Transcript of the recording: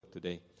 today